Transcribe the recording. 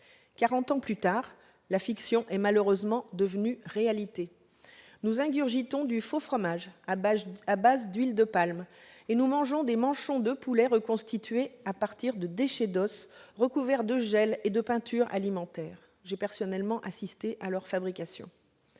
ans plus tard, la fiction est malheureusement devenue réalité. Nous ingurgitons du faux fromage à base d'huile de palme et nous mangeons des manchons de poulet reconstitués à partir de déchets d'os recouverts de gel et de peinture alimentaire- j'ai personnellement assisté à leur fabrication